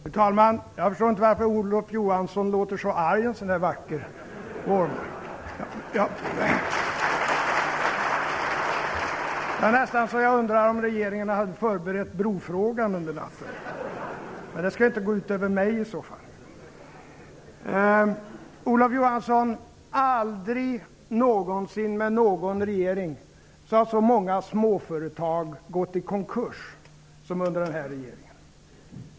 Fru talman! Jag förstår inte varför Olof Johansson låter så arg en så här vacker morgon. Jag undrar om regeringen har förberett brofrågan under natten. Men det skall i så fall inte gå ut över mig. Aldrig någonsin med någon regering har så många småföretag gått i konkurs som under den här regeringen.